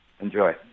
Enjoy